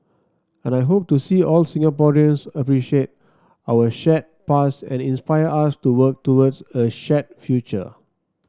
and I hope to see all Singaporeans appreciate our shared past and inspire us to work towards a shared future